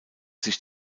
sich